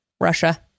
Russia